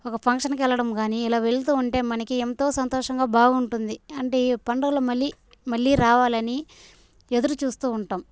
ఒక ఫంక్షన్కెళ్ళడం గానీ ఇలా వెళ్తూ ఉంటే మనకి ఎంతో సంతోషంగా బాగుంటుంది అంటే ఈ పండుగలో మళ్ళీ మళ్ళీ రావాలని ఎదురు చూస్తూ ఉంటాం